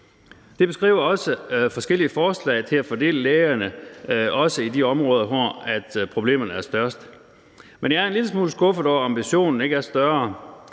Det beskriver også forskellige forslag til at fordele lægerne, også i de områder, hvor problemerne er størst. Men jeg er en lille smule skuffet over, at ambitionen ikke er større.